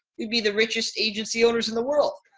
it'd be the richest agency owners in the world.